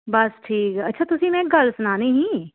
बस ठीक अच्छा तु'सें गी में इक्क गल्ल सनानी ही